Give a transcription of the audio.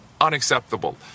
Unacceptable